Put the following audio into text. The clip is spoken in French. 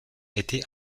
été